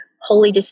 holy